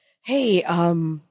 hey –